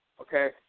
okay